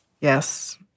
Yes